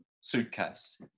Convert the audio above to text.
suitcase